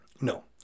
No